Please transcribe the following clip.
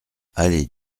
allée